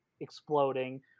exploding